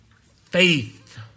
faith